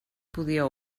podia